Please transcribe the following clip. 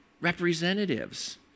representatives